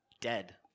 dead